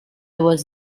was